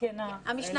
המשנה